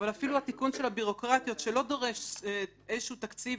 אבל אפילו התיקון של הביורוקרטיות שלא דורש איזשהו תקציב,